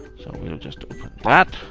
so, we'll just open that,